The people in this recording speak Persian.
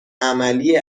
عملی